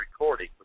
recording